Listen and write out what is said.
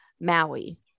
maui